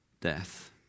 death